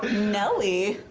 nelly?